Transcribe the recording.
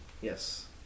Yes